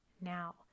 now